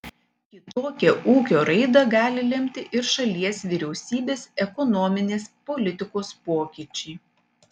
kitokią ūkio raidą gali lemti ir šalies vyriausybės ekonominės politikos pokyčiai